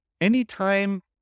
Anytime